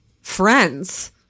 friends